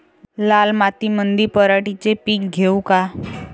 लाल मातीमंदी पराटीचे पीक घेऊ का?